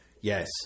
yes